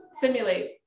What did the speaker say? simulate